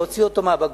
להוציא אותו מהבקבוק,